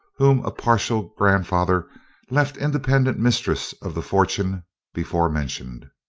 whom a partial grandfather left independent mistress of the fortune before mentioned.